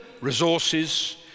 resources